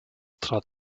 trat